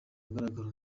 ahagaragara